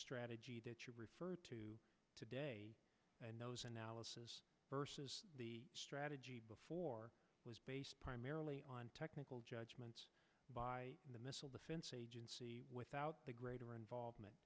strategy that you referred to today and those analysis versus the strategy before was based primarily on technical judgments by the missile defense agency without the greater involvement